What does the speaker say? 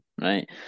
right